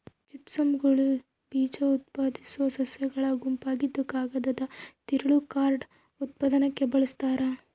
ಜಿಮ್ನೋಸ್ಪರ್ಮ್ಗಳು ಬೀಜಉತ್ಪಾದಿಸೋ ಸಸ್ಯಗಳ ಗುಂಪಾಗಿದ್ದುಕಾಗದದ ತಿರುಳು ಕಾರ್ಡ್ ಉತ್ಪನ್ನಕ್ಕೆ ಬಳಸ್ತಾರ